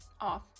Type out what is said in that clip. off